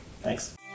Thanks